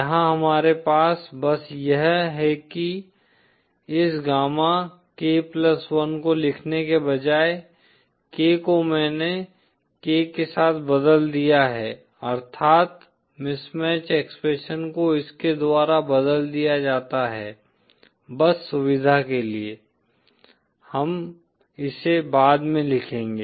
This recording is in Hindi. यहाँ हमारे पास बस यह है कि इस gamma k 1 को लिखने के बजाय k को मैंने k के साथ बदल दिया है अर्थात मिसमैच एक्सप्रेशन को इसके द्वारा बदल दिया जाता है बस सुविधा के लिए हम इसे बाद में देखेंगे